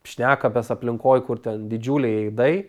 šnekamės aplinkoj kur ten didžiuliai aidai